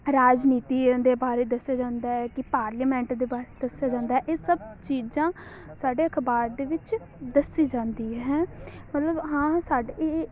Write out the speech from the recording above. ਰਾਜਨੀਤੀਆਂ ਦੇ ਬਾਰੇ ਦੱਸਿਆ ਜਾਂਦਾ ਹੈ ਕਿ ਪਾਰਲੀਮੈਂਟ ਦੇ ਬਾਰੇ ਦੱਸਿਆ ਜਾਂਦਾ ਇਹ ਸਭ ਚੀਜ਼ਾਂ ਸਾਡੇ ਅਖ਼ਬਾਰ ਦੇ ਵਿੱਚ ਦੱਸੀ ਜਾਂਦੀ ਹੈ ਮਤਲਬ ਹਾਂ ਸਾਡੇ